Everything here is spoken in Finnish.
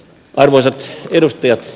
arvoisat edustajat